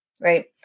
right